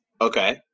Okay